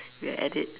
we're at it